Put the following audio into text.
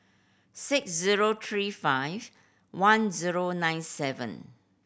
six zero three five one zero nine seven